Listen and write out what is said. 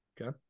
Okay